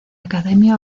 academia